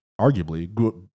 Arguably